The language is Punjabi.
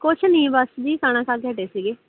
ਕੁਛ ਨਹੀਂ ਬਸ ਜੀ ਖਾਣਾ ਖਾ ਕੇ ਹੱਟੇ ਸੀਗੇ